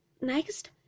next